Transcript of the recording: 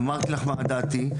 אמרתי לך מה דעתי.